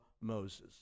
Moses